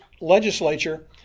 legislature